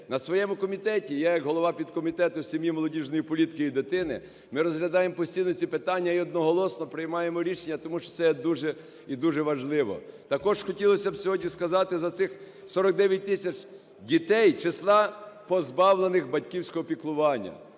На своєму комітеті я як голова підкомітету з сім'ї, молодіжної політики і дитини, ми розглядаємо постійно ці питання і одноголосно приймаємо рішення, тому що це є дуже і дуже важливо. Також хотілося б сьогодні сказати за цих 49 тисяч дітей з числа позбавлених батьківського піклування.